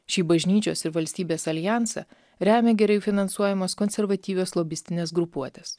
šį bažnyčios ir valstybės aljansą remia gerai finansuojamos konservatyvios lobistinės grupuotės